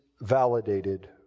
validated